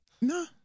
No